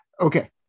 okay